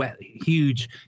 huge